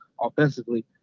offensively